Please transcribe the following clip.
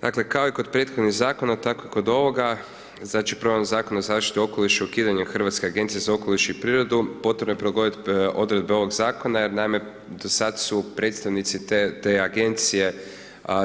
Dakle, kao i kod prethodnih Zakona, tako i kod ovoga, znači,… [[Govornik se ne razumije]] Zakona o zaštiti okoliša i ukidanje Hrvatske agencije za okoliš i prirodu potrebno je prilagodit odredbe ovog Zakona jer naime, do sad su predstavnici te Agencije